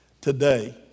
today